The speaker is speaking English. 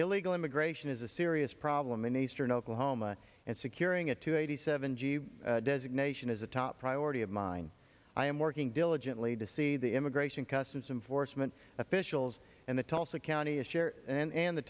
illegal immigration is a serious problem in eastern oklahoma and securing a two eighty seven g designation is a top priority of mine i am working diligently to see the immigration customs enforcement officials and the tulsa county sheriff and the